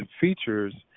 features